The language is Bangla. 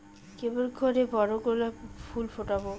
কেমন করে বড় গোলাপ ফুল ফোটাব?